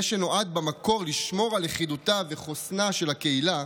זה שנועד במקור לשמור על לכידותה וחוסנה של הקהילה,